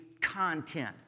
content